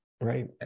right